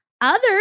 Others